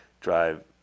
drive